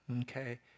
Okay